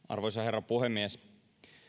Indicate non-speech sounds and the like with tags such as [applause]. [unintelligible] arvoisa herra puhemies